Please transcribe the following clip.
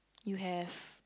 you have